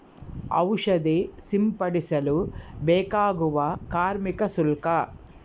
ಔಷಧಿ ಸಿಂಪಡಿಸಲು ಬೇಕಾಗುವ ಕಾರ್ಮಿಕ ಶುಲ್ಕ?